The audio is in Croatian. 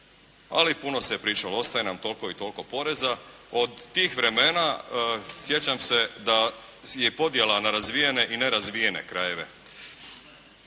Ali puno se pričalo, ostaje nam toliko i toliko poreza. Od tih vremena sjećam se da je podjela na razvijene i nerazvijene krajeve.